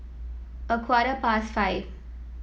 a quarter past five